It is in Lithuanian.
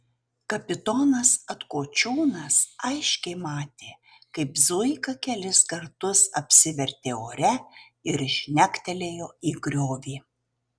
kapitonas atkočiūnas aiškiai matė kaip zuika kelis kartus apsivertė ore ir žnektelėjo į griovį